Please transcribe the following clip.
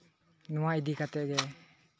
ᱱᱚᱣᱟ ᱤᱫᱤ ᱠᱟᱛᱮ ᱜᱮ